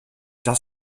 dass